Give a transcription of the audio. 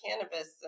cannabis